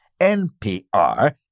NPR